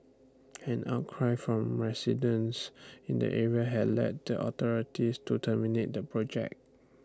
an outcry from residents in the area had led the authorities to terminate the project